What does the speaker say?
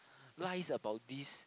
lies about this